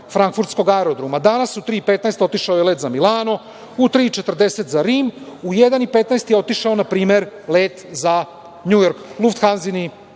frankfurtskog aerodroma - danas u 15.15 otišao je let za Milano, u 15.40 za Rim, u 13.15 je otišao, na primer, let za Njujork,